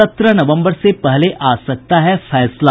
सत्रह नवम्बर से पहले आ सकता है फैसला